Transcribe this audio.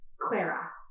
Clara